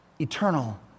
eternal